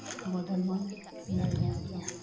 ᱵᱚᱫᱚᱞᱵᱚᱱ ᱧᱮᱞ ᱧᱟᱢᱮᱫᱟ